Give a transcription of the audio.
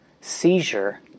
seizure